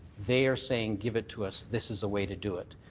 they are saying give it to us. this is a way to do it.